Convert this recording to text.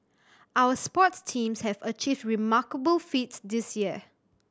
our sports teams have achieved remarkable feats this year